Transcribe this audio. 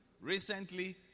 Recently